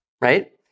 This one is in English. right